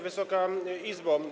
Wysoka Izbo!